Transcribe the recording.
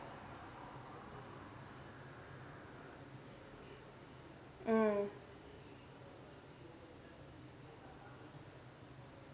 mm